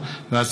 אין נמנעים.